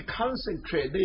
concentrate